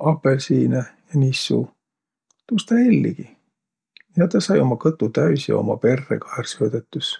apõlsiinõ ja nissu. Tuus tä elligi. Ja tä sai uma kõtu täüs ja uma perre ka ärq söödetüs.